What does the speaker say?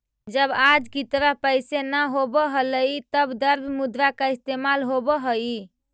जब आज की तरह पैसे न होवअ हलइ तब द्रव्य मुद्रा का इस्तेमाल होवअ हई